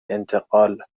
انتقال